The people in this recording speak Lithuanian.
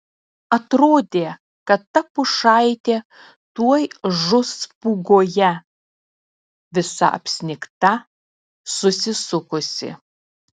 atrodė kad ta pušaitė tuoj žus pūgoje visa apsnigta susisukusi